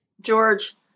George